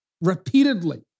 repeatedly